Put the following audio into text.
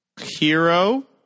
Hero